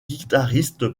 guitariste